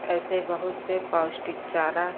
ऐसे बहुत से पौष्टिक चारा